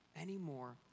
Anymore